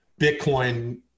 Bitcoin